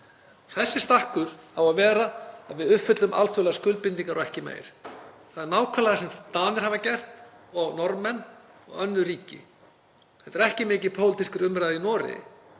Þessi stakkur á að vera þannig að við uppfyllum alþjóðlegar skuldbindingar og ekki meira. Það er nákvæmlega það sem Danir hafa gert og Norðmenn og önnur ríki. Þetta er ekki mikið í pólitískri umræðu í Noregi,